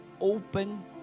open